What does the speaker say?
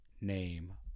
name